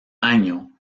año